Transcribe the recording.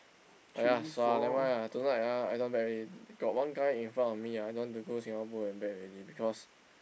!aiya! sua ah never mind lah tonight ah I don't wanna bet already got one guy in front of me ah don't want to go Singapore and bet already because